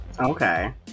Okay